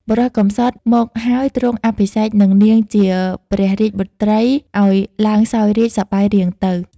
បុរសកំសត់មកហើយទ្រង់អភិសេកនឹងនាងជាព្រះរាជបុត្រី អោយឡើងសោយរាជ្យ សប្បាយរៀងទៅ ។